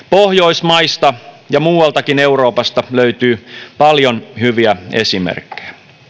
pohjoismaista ja muualtakin euroopasta löytyy paljon hyviä esimerkkejä